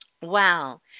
Wow